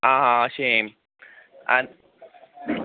आं आं अशें आनी